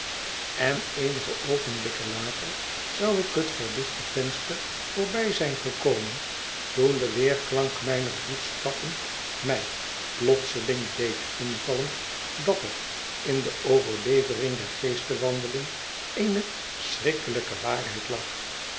en eenige oogenblikken later zou ik het verlichte venster voorbij zijn gekomen toen de weerklank mijner voetstappen mij plotseling deed invallen dat er in de overlevering der geestenwandeling eene schrikkelijke waarheid lag